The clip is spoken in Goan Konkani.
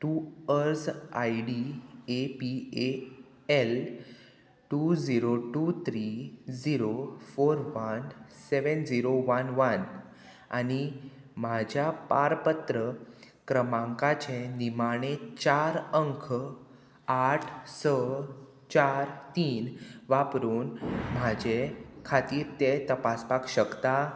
तूं अर्ज I D A P A L two zero two three zero four one seven zero one one आनी म्हाज्या पारपत्र क्रमांकाचें निमाणे चार अंक आठ स चार तीन वापरून म्हाजें खातीर तें तपासपाक शकता